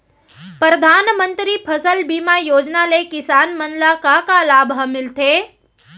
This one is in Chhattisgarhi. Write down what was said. परधानमंतरी फसल बीमा योजना ले किसान मन ला का का लाभ ह मिलथे?